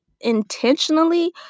intentionally